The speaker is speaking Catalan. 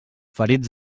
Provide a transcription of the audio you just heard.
ferits